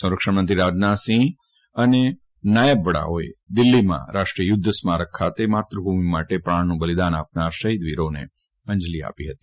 સંરક્ષણમંત્રી રાજનાથસિંહ અને સેનાની ત્રણેય પાંખોના નાયબ વડાઓએ દિલ્હીમાં રાષ્ટ્રીય યુદ્ધ સ્મારક ખાતે માતૃભૂમિ માટે પ્રાણનું બલિદાન આપનાર શહિદ વીરોને અંજલિ આપી હતી